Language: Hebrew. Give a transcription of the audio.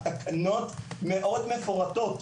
התקנות מאוד מפורטות,